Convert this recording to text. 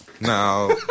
Now